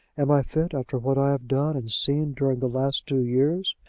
am i fit, after what i have done and seen during the last two years?